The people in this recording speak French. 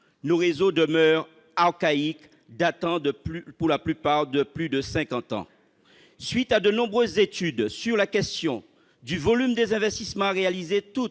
Nos réseaux demeurent archaïques, datant pour la plupart de plus de cinquante ans. De nombreuses études sur la question du volume des investissements à réaliser ont